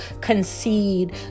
concede